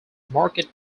market